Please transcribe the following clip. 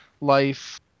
life